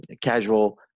casual